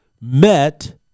met